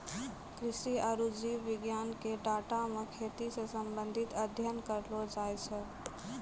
कृषि आरु जीव विज्ञान के डाटा मे खेती से संबंधित अध्ययन करलो जाय छै